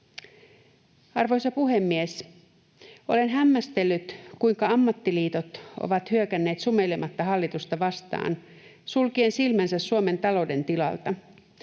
Arvoisa puhemies! Olen hämmästellyt, kuinka ammattiliitot ovat hyökänneet sumeilematta hallitusta vastaan sulkien silmänsä Suomen talouden tilalta.